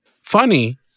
funny